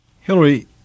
Hillary